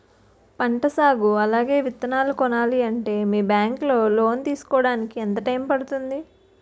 పంట సాగు అలాగే విత్తనాలు కొనాలి అంటే మీ బ్యాంక్ లో లోన్ తీసుకోడానికి ఎంత టైం పడుతుంది?